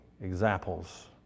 examples